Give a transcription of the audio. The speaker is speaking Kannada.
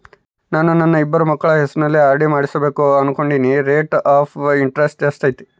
ನಾನು ನನ್ನ ಇಬ್ಬರು ಮಕ್ಕಳ ಹೆಸರಲ್ಲಿ ಆರ್.ಡಿ ಮಾಡಿಸಬೇಕು ಅನುಕೊಂಡಿನಿ ರೇಟ್ ಆಫ್ ಇಂಟರೆಸ್ಟ್ ಎಷ್ಟೈತಿ?